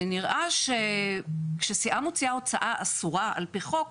ונראה שכשסיעה מוציאה הוצאה אסורה על פי חוק,